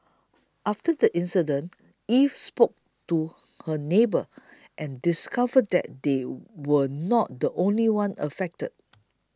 after the incident Eve spoke to her neighbour and discovered that they were not the only ones affected